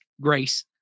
grace